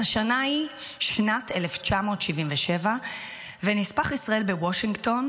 אז השנה היא שנת 1977 ונספח ישראל בוושינגטון,